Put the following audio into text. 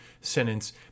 sentence